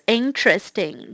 interesting